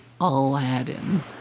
aladdin